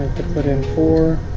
put in four